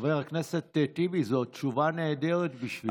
חבר הכנסת טיבי, זו תשובה נהדרת בשבילך.